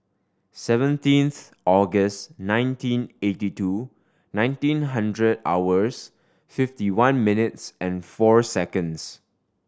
seventeenth August nineteen eighty two ninety hundred hours fifty one minutes and four seconds